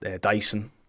Dyson